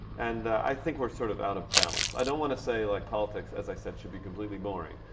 and ah i think we're sort of out of balance. i don't want to say like politics, as i said, should be completely boring.